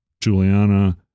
Juliana